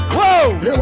Whoa